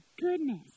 goodness